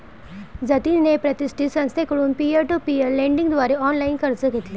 जतिनने प्रतिष्ठित संस्थेकडून पीअर टू पीअर लेंडिंग द्वारे ऑनलाइन कर्ज घेतले